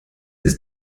ist